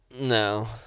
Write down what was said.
no